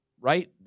right